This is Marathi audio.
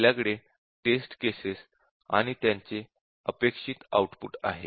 आपल्याकडे टेस्ट केसेस आणि त्यांचे अपेक्षित आउटपुट आहेत